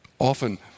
Often